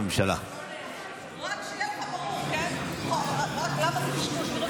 איך משנים חוק בהעברת חוק הפרשנות?